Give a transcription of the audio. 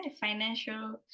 financial